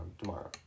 tomorrow